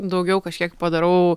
daugiau kažkiek padarau